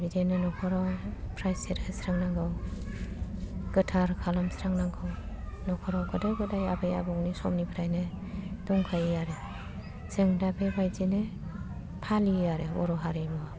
बिदिनो न'खराव प्राइचिद होस्रांनांगौ गोथार खालामस्रांनांगौ न'खराव गोदो गोदाय आबै आबौनि समनिफ्रायनो दंखायो आरो जों दा बेबादिनो फालियो आरो बर' हारिमुवाव